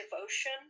devotion